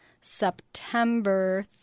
September